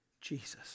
Jesus